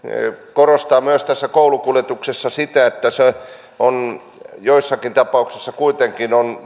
korostaa myös tässä koulukuljetuksessa sitä että joissakin tapauksissa kuitenkin on